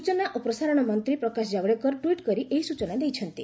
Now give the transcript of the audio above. ସୂଚନା ଓ ପ୍ରସାରଣ ମନ୍ତ୍ରୀ ପ୍ରକାଶ ଜାଭଡେକର ଟ୍ୱିଟ୍ କରି ଏହି ସୂଚନା ଦେଇଛନ୍ତି